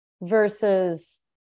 versus